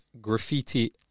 graffiti